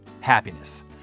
happiness